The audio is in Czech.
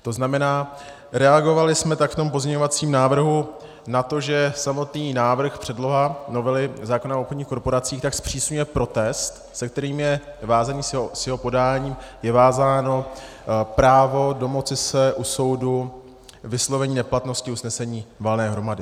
To znamená, reagovali jsme tak v tom pozměňovacím návrhu na to, že samotný návrh, předloha novely zákona o obchodních korporacích, zpřísňuje protest, s jehož podáním je vázáno právo domoci se u soudu vyslovení neplatnosti usnesení valné hromady.